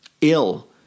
ill